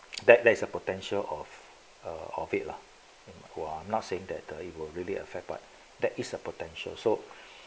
that that is a potential of err of it lah who are not saying that uh it will really affect but there is a potential so